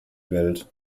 welt